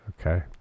Okay